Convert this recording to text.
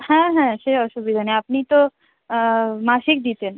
হ্যাঁ হ্যাঁ সে অসুবিধা নেই আপনি তো মাসিক দিতেন